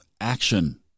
action